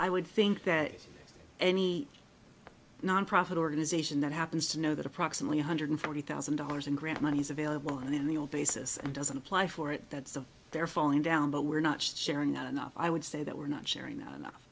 i would think that any nonprofit organization that happens to know that approximately one hundred forty thousand dollars in grant money is available on in the old basis and doesn't apply for it that's a they're falling down but we're not sharing that enough i would say that we're not sharing that enough